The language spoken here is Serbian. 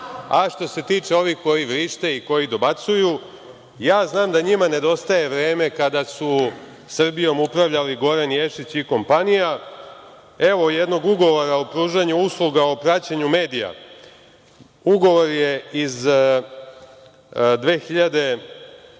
se tiče ovih koji vrište i koji dobacuju, ja znam da njima nedostaje vreme kada su Srbijom upravljali Goran Ješić i kompanija. Evo jednog ugovora o pružanju usluga o praćenju medija. Ugovor je iz 2010.